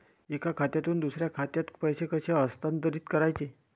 एका खात्यातून दुसऱ्या खात्यात पैसे कसे हस्तांतरित करायचे